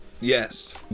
yes